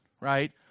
right